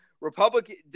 Republican